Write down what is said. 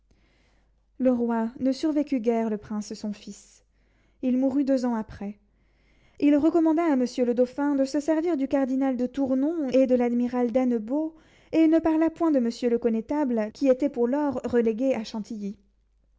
le roi ne survécut guère le prince son fils il mourut deux ans après il recommanda à monsieur le dauphin de se servir du cardinal de tournon et de l'amiral d'annebauld et ne parla point de monsieur le connétable qui était pour lors relégué à chantilly